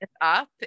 up